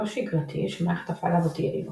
לא שגרתי שמערכת הפעלה זו תהיה לינוקס,